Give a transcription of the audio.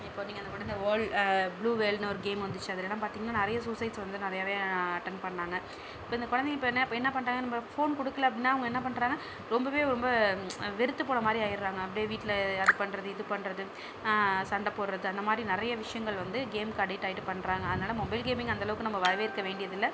இப்போ பார்த்திங்கன்னா கூட இந்த வேல் ப்ளூ வேல்னு ஒரு கேம் வந்துச்சு அதிலலாம் பார்த்திங்கன்னா நிறைய சூசைட்ஸ் வந்து நிறையாவே அட்டென் பண்ணுணாங்க இப்போ இந்த குழந்தைங்க இப்போ என்ன என்ன பண்ணுறாங்க நம்ம ஃபோன் கொடுக்கல அப்படின்னா அவங்க என்ன பண்ணுறாங்க ரொம்பவே ரொம்ப வெறுத்து போகிற மாதிரி ஆகிடுறாங்க அப்படியே வீட்டில அது பண்ணுறது இது பண்ணுறது சண்டை போடுகிறது அந்த மாதிரி நிறைய விஷயங்கள் வந்து கேம்க்கு அடிக்ட் ஆகிட்டு பண்ணுறாங்க அதனால மொபைல் கேமிங் அந்தளவுக்கு நம்ம வரவேற்க வேண்டியதில்லை